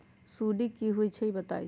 सुडी क होई छई बताई?